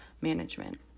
management